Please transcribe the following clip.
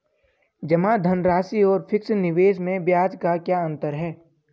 जमा धनराशि और फिक्स निवेश में ब्याज का क्या अंतर है?